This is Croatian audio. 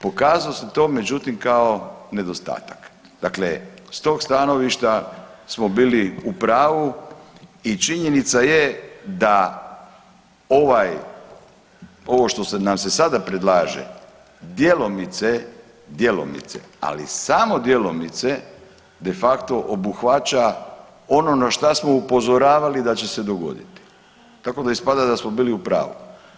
Pokazalo se to međutim kao nedostatak, dakle s tog stanovišta smo bili u pravu i činjenica je da ovaj ovo što nam se sada predlaže djelomice, djelomice, ali samo djelomice de facto obuhvaća ono na što smo upozoravali da će se dogoditi, tako da ispada da smo bili u pravu.